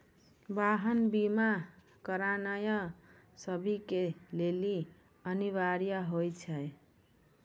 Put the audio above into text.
वाहन बीमा करानाय सभ के लेली अनिवार्य होय छै